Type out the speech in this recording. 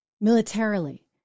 militarily